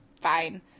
fine